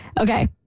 Okay